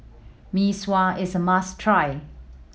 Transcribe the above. Mee Sua is a must try